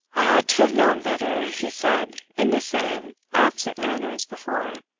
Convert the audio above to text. i ought to have known better, he said, in the same absent manner as before.